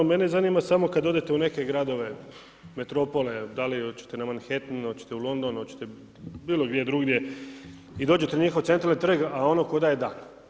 Mene zanima samo kada odete u neke gradove, metropole da li hoćete na Manhattan, hoćete u London, hoćete bilo gdje drugdje i dođete u njihov centralni trg a ono kao da je dan.